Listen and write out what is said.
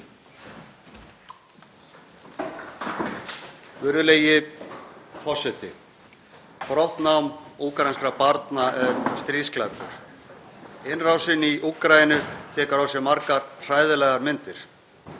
Virðulegi forseti. Brottnám úkraínskra barna er stríðsglæpur. Innrásin í Úkraínu tekur á sig margar hræðilegar myndir.